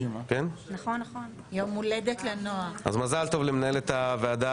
אז מזל טוב למנהלת הוועדה